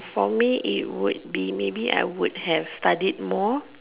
for me it would be maybe I would have studied more